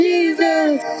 Jesus